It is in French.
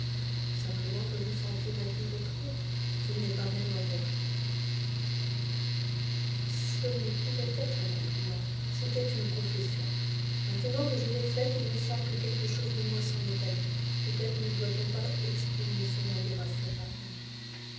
simplement que vous sentiez m'admirer trop ce n'est pas même un compliment ce ne pouvait être un compliment c'était une confession maintenant que je l'ai faite il me semble que quelque chose de moi s'en est allé peut-être ne doit-on pas exprimer son adoration par des mots